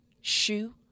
shoe